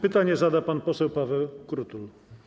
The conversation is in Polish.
Pytanie zada pan poseł Paweł Krutul.